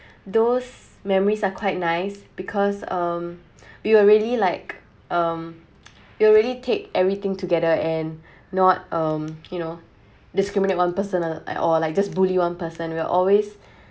those memories are quite nice because um we were really like um we really take everything together and not um you know discriminate one personal at all like just bully one person we are always